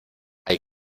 hay